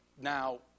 Now